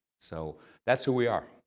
so that's who we are.